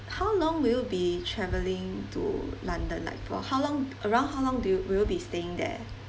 how long will be travelling to london like for how long around how long do you will be staying there